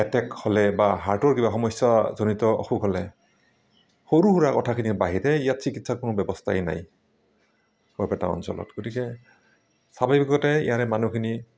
attack হ'লে বা হাৰ্টৰ কিবা সমস্যাজনিত অসুখ হ'লে সৰু সুৰা কথাখিনিৰ বাহিৰে ইয়াত চিকিৎষাৰ কোনো ব্যৱস্থাই নাই বৰপেটা অঞ্চলত গতিকে স্বাভাৱিকতে ইয়াৰে মানুহখিনি